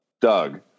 Doug